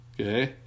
Okay